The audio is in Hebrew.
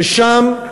ששם,